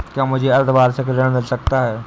क्या मुझे अर्धवार्षिक ऋण मिल सकता है?